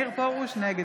נגד